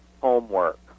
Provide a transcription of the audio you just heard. Homework